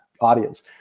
audience